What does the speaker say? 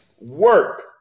work